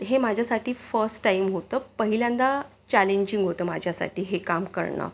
हे माझ्यासाटी first time होतं पहिल्यांदा चॅलेंजिंग होतं माझ्यासाठी हे काम कळणं